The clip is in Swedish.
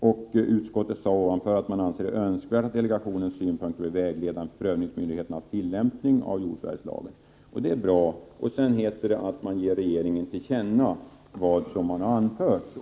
I föregående mening säger man: ”Utskottet anser det önskvärt att delegationens synpunkter blir vägledande för prövningsmyndigheterna vid tillämpningen av JFL.” Det är också bra. 5; Sedan heter det att riksdagen bör ge regeringen till känna vad utskottet anfört.